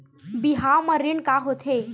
बिहाव म ऋण का होथे?